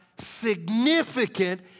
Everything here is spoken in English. Significant